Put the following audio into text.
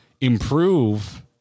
improve